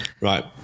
right